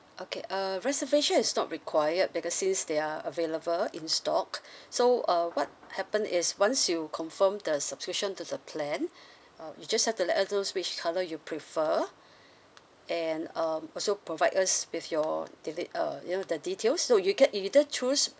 okay uh reservation is not required because since they are available in stock so uh what happen is once you confirm the subscription to the plan uh you just have to let us know which colour you prefer and um also provide us with your delete uh you know the details so you can either choose